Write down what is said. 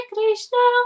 Krishna